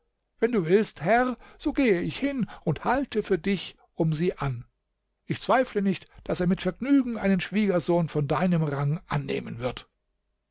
wenn du willst herr so gehe ich hin und halte für dich um sie an ich zweifle nicht daß er mit vergnügen einen schwiegersohn von deinem rang annehmen wird